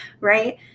right